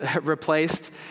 replaced